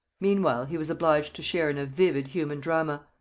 meanwhile he was obliged to share in a vivid human drama.